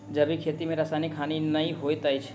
जैविक खेती में रासायनिक हानि नै होइत अछि